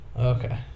Okay